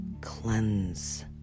cleanse